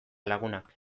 lagunak